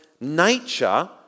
nature